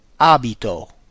abito